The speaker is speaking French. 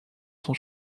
son